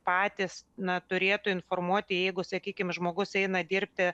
patys na turėtų informuoti jeigu sakykim žmogus eina dirbti